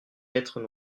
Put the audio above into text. lettres